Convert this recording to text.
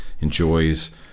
enjoys